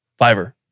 Fiverr